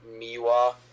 miwa